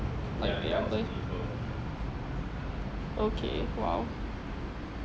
like okay !wow!